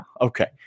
Okay